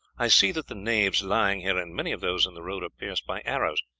i see that the knaves lying here and many of those in the road are pierced by arrows,